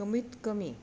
कमीतकमी